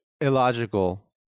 illogical